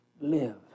live